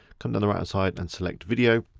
come down the right-hand side and select video.